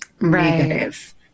negative